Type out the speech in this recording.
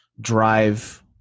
drive